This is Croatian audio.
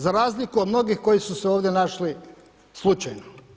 Za razliku od mnogih koji su se ovdje našli slučajno.